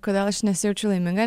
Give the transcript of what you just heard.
kodėl aš nesijaučiu laiminga